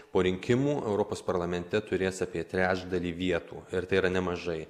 po rinkimų europos parlamente turės apie trečdalį vietų ir tai yra nemažai